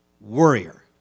warrior